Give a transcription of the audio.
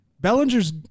Bellinger's